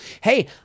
Hey